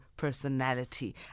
personality